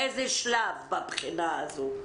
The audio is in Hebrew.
באיזה שלב בבחינה הזו?